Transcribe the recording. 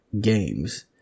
games